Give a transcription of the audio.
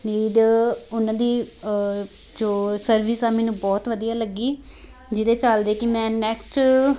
need ਉਹਨਾਂ ਦੀ ਜੋ ਸਰਵਿਸ ਆ ਮੈਨੂੰ ਬਹੁਤ ਵਧੀਆ ਲੱਗੀ ਜਿਹਦੇ ਚਲਦੇ ਕਿ ਮੈਂ ਨੈਕਸਟ